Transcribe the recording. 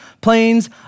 planes